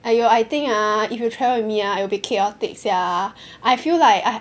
!aiyo! I think ah if you travel with me ah it'll be chaotic sia I feel like I